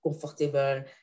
comfortable